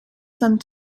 some